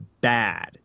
bad